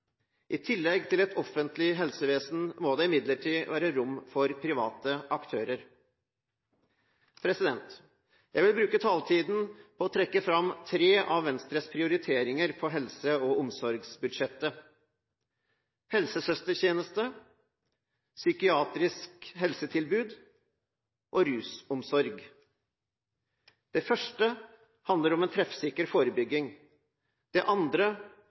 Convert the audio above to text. I tillegg til et offentlig helsevesen må det imidlertid være rom for private aktører. Jeg vil bruke taletiden til å trekke fram tre av Venstres prioriteringer på helse- og omsorgsbudsjettet: Helsesøstertjeneste, psykiatrisk helsetilbud og rusomsorg. Det første handler om treffsikker forebygging. Det andre